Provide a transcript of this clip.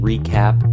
Recap